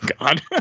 God